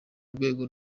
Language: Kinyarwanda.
rwego